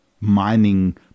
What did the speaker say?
mining